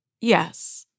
Yes